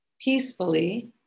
peacefully